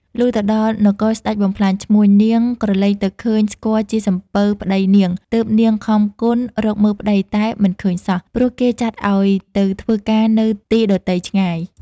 លុះទៅដល់នគរស្តេចបំផ្លាញឈ្មួញ នាងក្រឡេកទៅឃើញស្គាល់ជាសំពៅប្ដីនាង ទើបនាងខំគន់ រកមើលប្តី តែមិនឃើញសោះ ព្រោះគេចាត់ឲ្យទៅធ្វើការនៅទីដទៃឆ្ងាយ ។